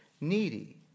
needy